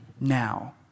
now